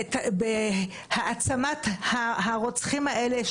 בהעצמת הרוצחים האלה,